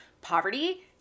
poverty